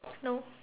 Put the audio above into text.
no